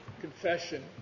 confession